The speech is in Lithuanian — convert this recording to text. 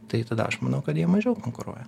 tai tada aš manau kad jie mažiau konkuruoja